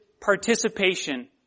participation